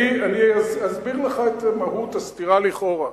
אני אסביר לך את מהות הסתירה לכאורה.